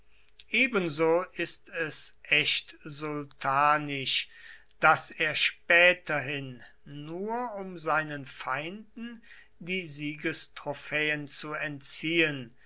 ebenso ist es echt sultanisch daß er späterhin nur um seinen feinden die siegestrophäen zu entziehen